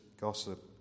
gossip